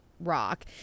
rock